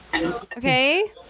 Okay